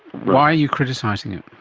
why are you criticising it?